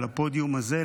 לפודיום הזה,